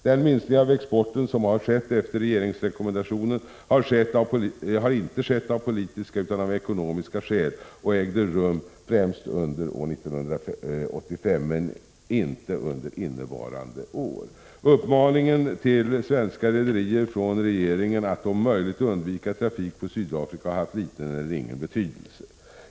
Den minskning av exporten som har skett efter regeringsrekommendationen har inte skett av politiska utan av ekonomiska skäl och ägde rum främst under år 1985, men inte under innevarande år. Uppmaningen till svenska rederier från regeringen att om möjligt undvika trafik på Sydafrika har haft liten eller ingen betydelse.